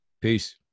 peace